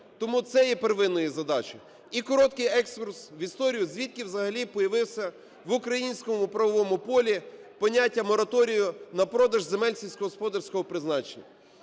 Тому це є первинною задачею. І короткий екскурс в історію. Звідки взагалі появилось в українському правовому полі поняття мораторію на продаж земель сільськогосподарського призначення?